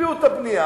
הקפיאו את הבנייה,